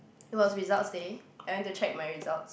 it was results day I went to check my results